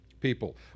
people